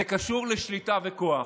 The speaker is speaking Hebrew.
זה קשור לשליטה וכוח.